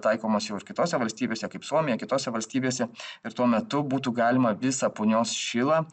taikomas jau ir kitose valstybėse kaip suomija kitose valstybėse ir tuo metu būtų galima visą punios šilą